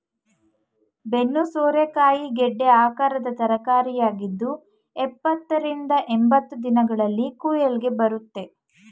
ಬೆನ್ನು ಸೋರೆಕಾಯಿ ಗೆಡ್ಡೆ ಆಕಾರದ ತರಕಾರಿಯಾಗಿದ್ದು ಎಪ್ಪತ್ತ ರಿಂದ ಎಂಬತ್ತು ದಿನಗಳಲ್ಲಿ ಕುಯ್ಲಿಗೆ ಬರುತ್ತೆ